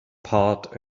part